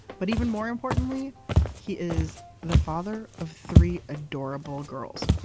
but even more importantly he is the father of three adorable girls.